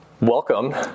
welcome